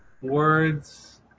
words